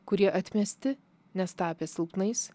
kurie atmesti nes tapę silpnais